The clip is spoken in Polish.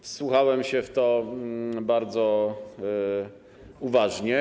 Wsłuchałem się w to bardzo uważnie.